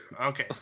Okay